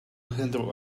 handle